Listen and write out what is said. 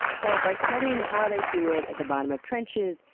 so by studying how they do it at the bottom of trenches,